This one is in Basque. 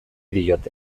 diote